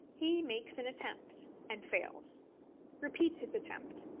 he makes an attempt, and fails repeats his attempt,